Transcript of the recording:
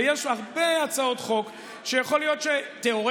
ויש הרבה הצעות חוק שיכול להיות שתיאורטית